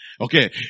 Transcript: Okay